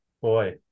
Boy